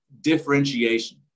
differentiation